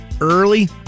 early